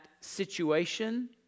situation